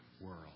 world